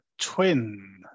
Twin